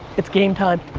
it's game time.